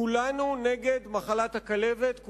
כולנו נגד מחלת הכלבת.